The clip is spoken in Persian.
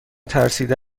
ترسیده